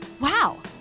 Wow